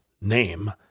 name